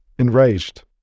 Enraged